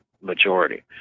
majority